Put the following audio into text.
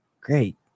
Great